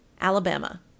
Alabama